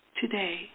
today